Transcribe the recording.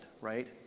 right